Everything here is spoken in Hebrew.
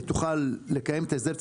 כדי שהמועצה תוכל לקיים את ההסדר,